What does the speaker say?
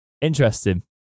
Interesting